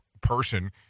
person